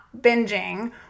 binging